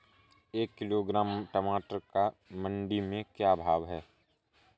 एक किलोग्राम टमाटर का मंडी में भाव क्या है?